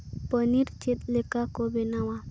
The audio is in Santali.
ᱯᱚᱱᱤᱨ ᱪᱮᱫ ᱞᱮᱠᱟ ᱠᱚ ᱵᱮᱱᱟᱣᱟ